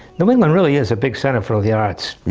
new england really is a big centre for the arts.